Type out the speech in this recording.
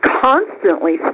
constantly